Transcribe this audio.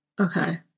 okay